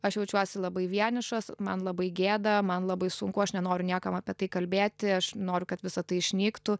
aš jaučiuosi labai vienišas man labai gėda man labai sunku aš nenoriu niekam apie tai kalbėti aš noriu kad visa tai išnyktų